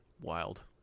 wild